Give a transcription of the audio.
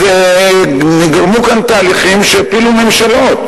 אז נגרמו כאן תהליכים שהפילו ממשלות,